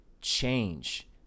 change